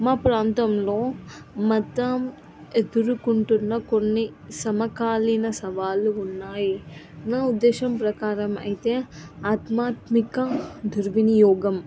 మా ప్రాంతంలో మతం ఎదుర్కుంటున్న కొన్ని సమకాలీన సవాళ్ళు ఉన్నాయి నా ఉద్దేశం ప్రకారం అయితే ఆధ్యాత్మిక దుర్వినియోగం